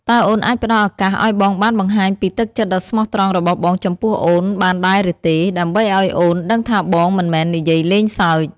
តើអូនអាចផ្តល់ឱកាសឱ្យបងបានបង្ហាញពីទឹកចិត្តដ៏ស្មោះត្រង់របស់បងចំពោះអូនបានដែរឬទេ ដើម្បីឱ្យអូនដឹងថាបងមិនមែននិយាយលេងសើច?